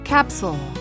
Capsule